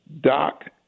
Doc